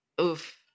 Oof